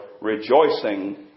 rejoicing